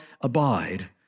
abide